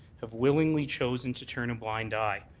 have willingly chosen to turn a blind eye,